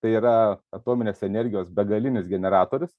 tai yra atominės energijos begalinis generatorius